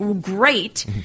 great